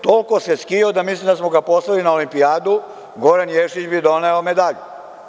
Toliko se skijao da misli da smo ga poslali na olimpijadu, Goran Ješić bi doneo medalju.